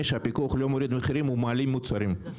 שפיקוח לא מוריד מחירים אלא מעלים מוצרים.